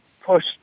push